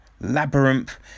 Labyrinth